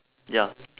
ya